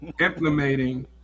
implementing